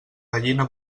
gallina